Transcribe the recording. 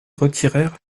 retirèrent